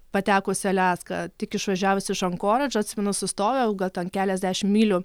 patekus į aliaską tik išvažiavus iš ankoridžo atsiminu sustojau gal ten keliasdešim mylių